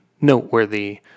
noteworthy